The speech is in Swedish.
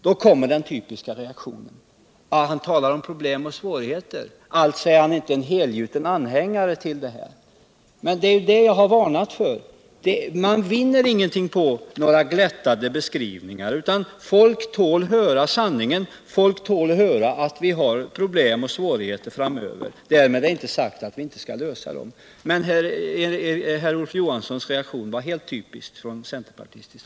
Då kom den typiska reaktionen: Han talar om problem och svårigheter, alltså är han inte en helgjuten anhängare av detta. Men det är ju vad jag varnat för. Man vinner ingenting på glättade beskrivningar. Folk tål höra sanningen, och folk tål höra att vi framöver kommer att ha problem och svårigheter; därmed inte sagt att vi inte skall kunna lösa problemen. Olof Johanssons reaktion var typisk för centerpartiet.